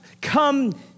come